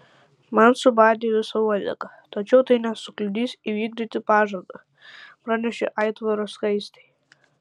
man subadė visą uodegą tačiau tai nesukliudys įvykdyti pažadą pranešė aitvaras skaistei